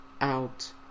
out